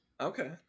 okay